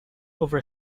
over